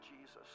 Jesus